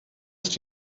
ist